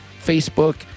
facebook